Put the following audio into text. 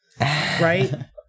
right